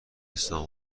اسلام